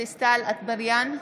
אטבריאן,